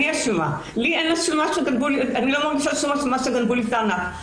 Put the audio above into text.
אני לא מרגישה אשמה שגנבו לי את הארנק,